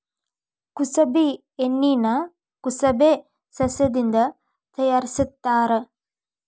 ಕುಸಬಿ ಎಣ್ಣಿನಾ ಕುಸಬೆ ಸಸ್ಯದಿಂದ ತಯಾರಿಸತ್ತಾರ